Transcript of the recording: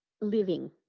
living